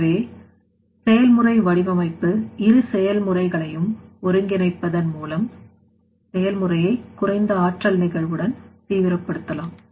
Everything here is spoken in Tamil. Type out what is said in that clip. எனவே செயல்முறை வடிவமைப்பு இரு செயல்முறைகளையும் ஒருங்கிணைப்பதன் மூலம் செயல்முறையை குறைந்த ஆற்றல் நிகழ்வுடன் தீவிரப்படுத்தலாம்